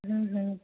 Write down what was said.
হুম হুম